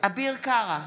אביר קארה,